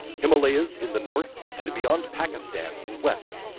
himalayas in the north and beyond pakistan in west,